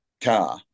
car